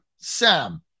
Sam